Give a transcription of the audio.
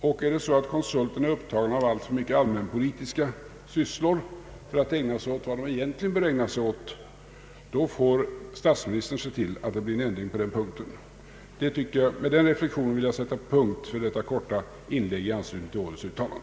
Och är konsulterna upptagna av alltför mycket allmänpolitiska sysslor för att ägna sig åt vad de verkligen borde göra, får statsministern se till att det blir en ändring. Med den reflexionen vill jag sätta punkt för detta korta inlägg i anslutning till årets uttalande.